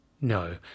No